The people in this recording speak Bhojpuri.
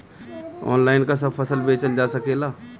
आनलाइन का सब फसल बेचल जा सकेला?